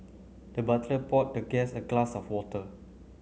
the butler poured the guest a glass of water